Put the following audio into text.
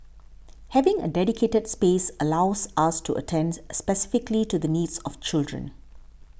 having a dedicated space allows us to attend specifically to the needs of children